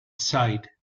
side